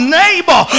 neighbor